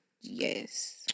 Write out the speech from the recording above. Yes